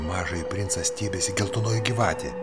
į mažąjį princą stiebėsi geltonoji gyvatė